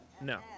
No